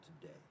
today